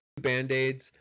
Band-Aids –